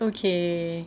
okay